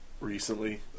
recently